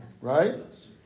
right